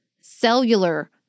cellular